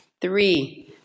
three